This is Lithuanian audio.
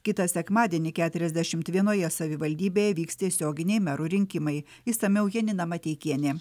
kitą sekmadienį keturiasdešimt vienoje savivaldybėje vyks tiesioginiai merų rinkimai išsamiau janina mateikienė